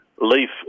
leaf